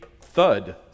thud